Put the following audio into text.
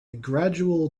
gradual